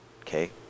okay